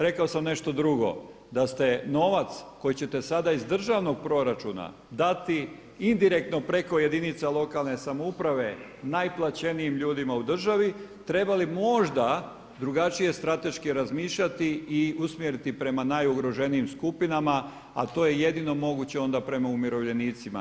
Rekao sam nešto drugo, da ste novac koji ćete sada iz državnog proračuna dati indirektno preko jedinica lokalne samouprave najplaćenijim ljudima u državi trebali možda drugačije strateški razmišljati i usmjeriti prema najugroženijim skupinama a to je jedino moguće onda prema umirovljenicima.